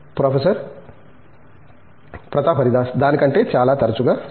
professor Pratap Haridas దాని కంటే చాలా తరచుగా సరే